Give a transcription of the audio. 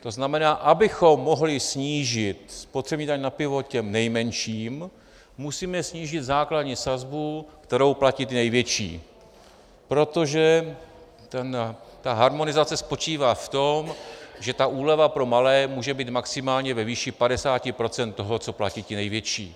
To znamená, abychom mohli snížit spotřební daň na pivo těm nejmenším, musíme snížit základní sazbu, kterou platí ti největší, protože harmonizace spočívá v tom, že úleva pro malé může být maximálně ve výši 50 % toho, co platí ti největší.